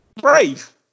brave